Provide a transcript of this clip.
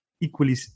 Equally